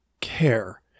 care